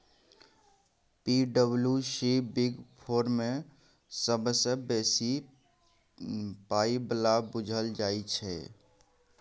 पी.डब्ल्यू.सी Big Four मे सबसँ बेसी पाइ बला बुझल जाइ छै